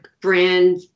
brand